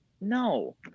No